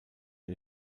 der